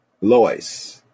Lois